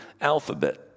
alphabet